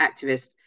activists